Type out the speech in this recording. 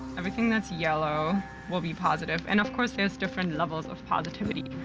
everything that's yellow will be positive, and of course, there's different levels of positivity.